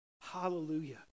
Hallelujah